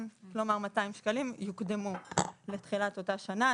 כן, כלומר 200 שקלים יוקדמו לתחילת אותה שנה.